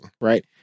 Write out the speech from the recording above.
right